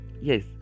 yes